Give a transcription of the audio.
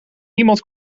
niemand